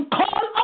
call